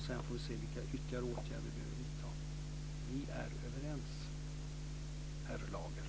Sedan får vi se vilka ytterligare åtgärder vi behöver vidta. Vi är överens, herr Lager.